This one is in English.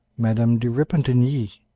madame de repentigny,